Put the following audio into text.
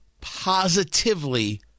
positively